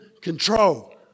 control